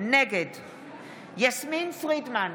נגד יסמין פרידמן,